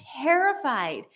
terrified